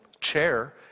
chair